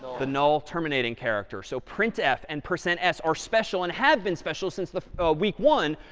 the null terminating character. so printf and percent s are special and have been special since the week one.